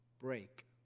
Break